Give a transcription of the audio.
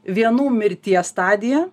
vienų mirties stadija